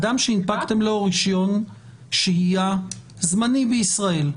אדם שהנפקתם לו רישיון שהייה זמני בישראל,